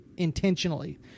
intentionally